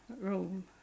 room